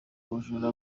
bujura